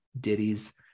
ditties